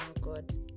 God